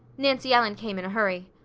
nancy ellen came in a hurry.